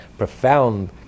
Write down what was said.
profound